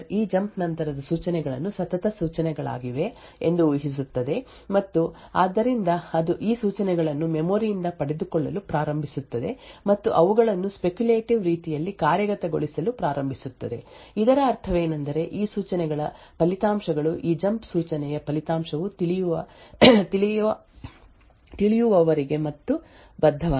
ಉದಾಹರಣೆಗೆ ಪ್ರೊಸೆಸರ್ ಈ ಜಂಪ್ ನಂತರದ ಸೂಚನೆಗಳು ಸತತ ಸೂಚನೆಗಳಾಗಿವೆ ಎಂದು ಊಹಿಸುತ್ತದೆ ಮತ್ತು ಆದ್ದರಿಂದ ಅದು ಈ ಸೂಚನೆಗಳನ್ನು ಮೆಮೊರಿ ಯಿಂದ ಪಡೆದುಕೊಳ್ಳಲು ಪ್ರಾರಂಭಿಸುತ್ತದೆ ಮತ್ತು ಅವುಗಳನ್ನು ಸ್ಪೆಕ್ಯುಲೇಟೀವ್ ರೀತಿಯಲ್ಲಿ ಕಾರ್ಯಗತಗೊಳಿಸಲು ಪ್ರಾರಂಭಿಸುತ್ತದೆ ಇದರ ಅರ್ಥವೇನೆಂದರೆ ಈ ಸೂಚನೆಗಳ ಫಲಿತಾಂಶಗಳು ಈ ಜಂಪ್ ಸೂಚನೆಯ ಫಲಿತಾಂಶವು ತಿಳಿಯುವವರೆಗೆ ಮತ್ತು ಬದ್ಧವಾಗಿಲ್ಲ